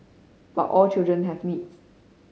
but all children have needs